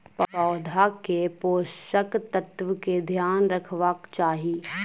पौधा के पोषक तत्व के ध्यान रखवाक चाही